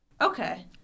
Okay